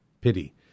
pity